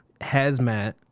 Hazmat